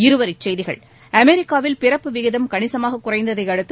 இருவரிச் செய்திகள் அமெரிக்காவில் பிறப்பு விகிதம் கணிசமாக குறைந்ததை அடுத்து